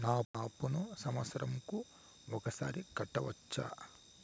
నా అప్పును సంవత్సరంకు ఒకసారి కట్టవచ్చా?